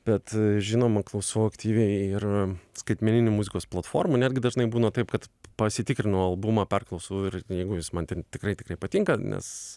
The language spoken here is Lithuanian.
bet žinoma klausau aktyviai ir skaitmeninių muzikos platformų netgi dažnai būna taip kad pasitikrinu albumą perklausau ir jeigu jis man ten tikrai tikrai patinka nes